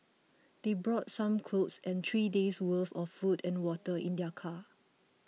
they brought some clothes and three days' worth of food and water in their car